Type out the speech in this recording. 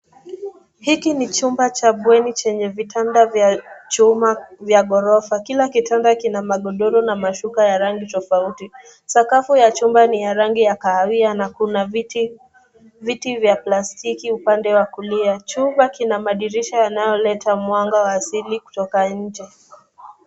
Hiki ni chumba cha bweni chenye vitanda vya chuma vya ghorofa. Kila kitanda kina magodoro na mashuka ya rangi tofauti. Sakafu ya chumba ni ya rangi ya kahawia na kuna viti vya plastiki upande wa kulia. Chumba kina madirisha yanayoleta mwanga wa asili kutoka nje.